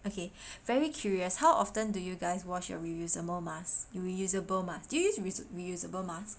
okay very curious how often do you guys wash your reusable mask reusable mask do you use reuse reusable mask